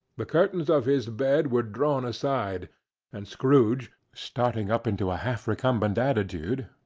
the curtains of his bed were drawn aside and scrooge, starting up into a half-recumbent attitude,